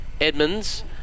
Edmonds